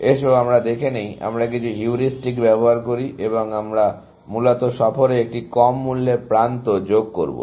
এসো আমরা দেখে নেই আমরা কিছু হিউরিস্টিক ব্যবহার করি এবং আমরা মূলত সফরে একটি কম মূল্যের প্রান্ত যোগ করব